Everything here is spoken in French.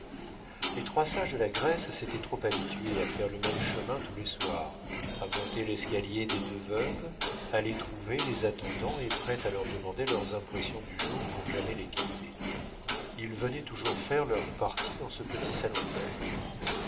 les trois sages de la grèce s'étaient trop habitués à faire le même chemin tous les soirs à monter l'escalier des deux veuves à les trouver les attendant et prêtes à leur demander leurs impressions du jour pour jamais les quitter ils venaient toujours faire leur partie dans ce petit salon vert